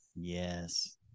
Yes